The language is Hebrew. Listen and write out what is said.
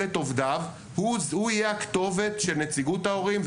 את עובדיו הוא יהיה הכתובת של נציגות ההורים,